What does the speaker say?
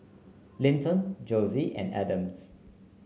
Linton Josie and Adams